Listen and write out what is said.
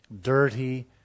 dirty